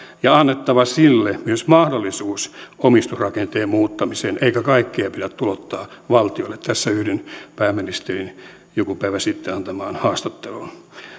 ja annettava sille myös mahdollisuus omistusrakenteen muuttamiseen eikä kaikkea pidä tulouttaa valtiolle tässä yhdyn pääministerin joku päivä sitten antamaan haastatteluun